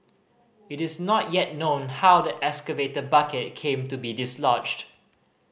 it is not yet known how the excavator bucket came to be dislodged